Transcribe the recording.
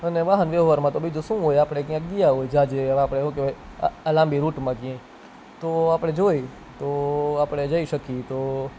અને વાહન વ્યવહારમાં બીજું શું હોય આપણે ક્યાંક ગયા હોય આપણે શું કહેવાય લાંબા રુટમાં તો આપણે જોઈએ તો આપણે જઈ શકીએ તો